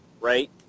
right